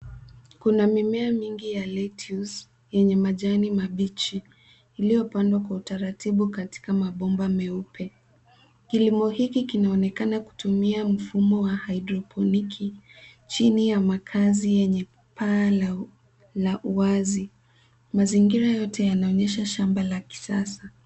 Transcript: Kuna mimea mingi ya Lettuce yenye majani mabichi iliyopandwa kwa utaratibu katika mabomba meupe, kilimo hiki kinaonekana kutumia mfumo wa haidroponiki chini ya makazi yenye paa la uwazi. Mazingira yote yanaonyesha shamba la kisasa.